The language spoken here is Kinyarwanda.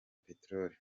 peteroli